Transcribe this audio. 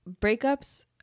breakups